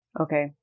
Okay